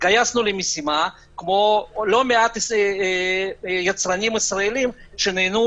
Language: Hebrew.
התגייסנו למשימה כמו לא מעט יצרנים ישראלים שנענו